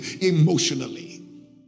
emotionally